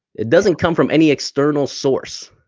it doesn't come from any external source.